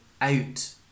out